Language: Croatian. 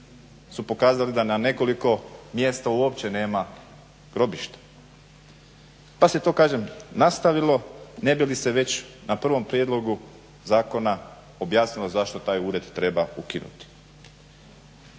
su pokazali da na nekoliko mjesta uopće nema grobišta. Pa se to kažem nastavilo ne bi li se već na prvom prijedlogu zakona objasnilo zašto taj ured treba ukinuti.